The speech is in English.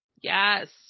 Yes